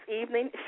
evening